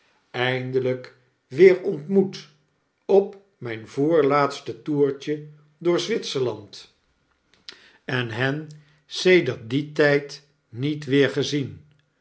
eindelyk weer ontmoet op mp voorlaatste toertje door zwitserland en hen de brief uit zwitserland sedert dien tyd niet wefer gezien